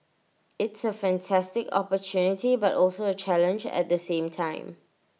it's A fantastic opportunity but also A challenge at the same time